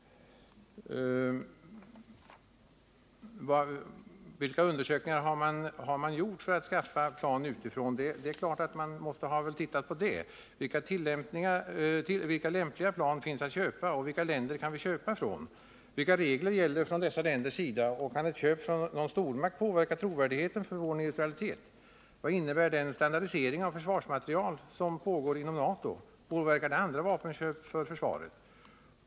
Vilka undersökningar har man gjort när det gäller att skaffa plan utifrån? Man måste väl ändå ha tittat på detta? Vilka lämpliga plan finns att köpa? Vilka länder kan vi köpa ifrån? Vilka regler gäller från dessa länders sida? Kan ett köp från någon stormakt påverka trovärdigheten hos vår neutralitet? Vad innebär den standardisering av försvarsmateriel som pågår inom NATO — påverkar den andra vapenköp för försvaret?